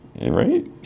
right